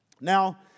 Now